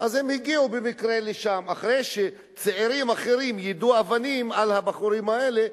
אז הם הגיעו במקרה לשם אחרי שצעירים אחרים יידו אבנים על הבחורים האלה,